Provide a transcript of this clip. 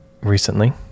recently